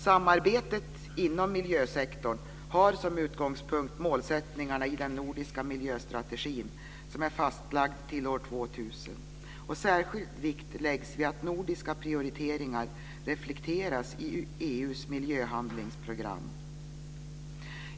Samarbetet inom miljösektorn har som utgångspunkt målsättningarna i den nordiska miljöstrategin, som är fastlagd till år 2000, och särskild vikt läggs vid att nordiska prioriteringar reflekteras i EU:s miljöhandlingsprogram.